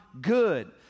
good